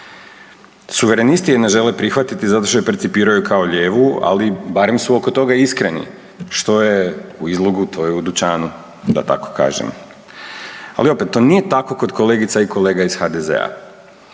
Suverenisti je ne žele prihvatiti zato što je percipiraju kao lijevu, ali barem su oko toga iskreni, što je u izlogu, to je u dućanu, da tako kažem. Ali opet to nije tako kod kolegica i kolega iz HDZ-a.